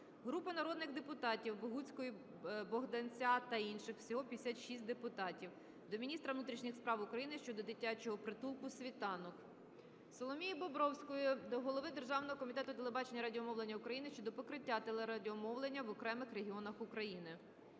Групи народних депутатів (Богуцької, Богданця та інших. Всього 56 депутатів) до міністра внутрішніх справ України щодо дитячого притулку "Світанок". Соломії Бобровської до голови Державного комітету телебачення і радіомовлення України щодо покриття телерадіомовлення в окремих регіонах України.